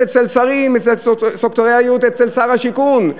אצל שרים: על סקטוריאליות אצל שר השיכון,